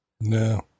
No